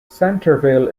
centerville